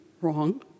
wrong